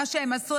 מה שהם עשו,